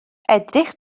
edrych